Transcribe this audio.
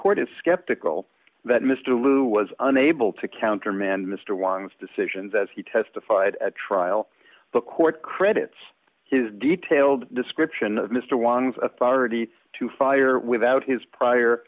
court is skeptical that mr lew was unable to countermand mr wanks decisions as he testified at trial but court credits his detailed description of mr wang as authority to fire without his prior